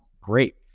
great